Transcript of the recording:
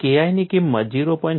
અને KI ની કિંમત 0